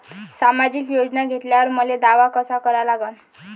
सामाजिक योजना घेतल्यावर मले दावा कसा करा लागन?